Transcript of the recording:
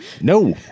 No